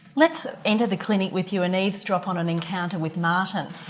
let's enter the clinic with you and eavesdrop on an encounter with martin.